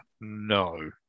no